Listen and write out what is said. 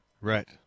right